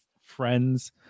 friends